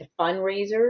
fundraisers